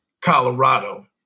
Colorado